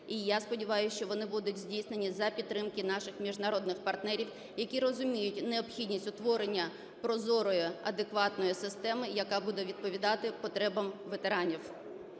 і я сподіваюсь, що вони будуть здійснені за підтримки наших міжнародних партнерів, які розуміють необхідність утворення прозорої, адекватної системи, яка буде відповідати потребам ветеранів.